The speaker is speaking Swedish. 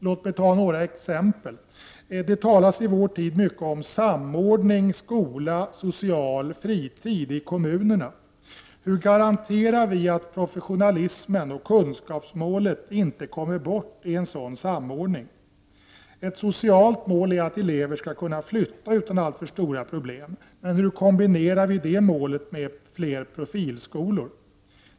Låt mig ta några exempel. Det talas i vår tid om samordning skola — social — fritid i kommunerna. Hur garanterar vi att professionalismen och kunskapsmålet inte kommer bort i en sådan samordning? Ett socialt mål är att elever skall kunna flytta utan alltför stora problem. Men kombinerar vi det målet med fler profilskolor?